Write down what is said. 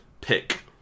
pick